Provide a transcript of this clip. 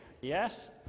yes